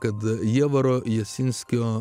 kad jievaro jasinskio